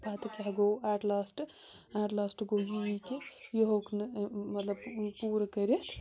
پَتہٕ کیٛاہ گوٚو ایٹ لاسٹ ایٹ لاسٹ گوٚو یی کہِ یہِ ہیوٚک نہٕ مطلب پوٗرٕ کٔرِتھ